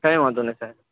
કઈ વાંધો નહીં સાહેબ